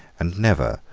and never,